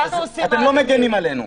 אתם לא מגנים עלינו.